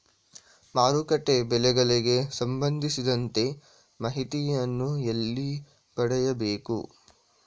ಮಾರುಕಟ್ಟೆ ಬೆಲೆಗಳಿಗೆ ಸಂಬಂಧಿಸಿದಂತೆ ಮಾಹಿತಿಯನ್ನು ಎಲ್ಲಿ ಪಡೆಯಬೇಕು?